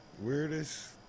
Weirdest